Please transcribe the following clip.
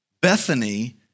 Bethany